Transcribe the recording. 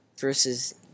versus